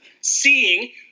seeing